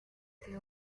the